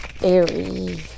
Aries